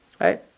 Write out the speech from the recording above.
Right